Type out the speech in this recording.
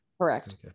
Correct